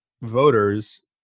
voters